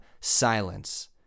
silence